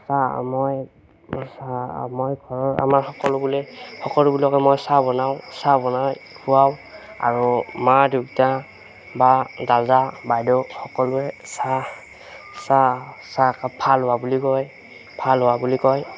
চাহ মই চাহ মই ঘৰৰ আমাৰ সকলোবোৰে সকলোবোৰকে মই চাহ বনাওঁ চাহ বনাই খুৱাও আৰু মা দেউতা বা দাদা বাইদেউ সকলোৱে চাহ চাহ চাহকাপ ভাল হোৱা বুলি কয় ভাল হোৱা বুলি কয়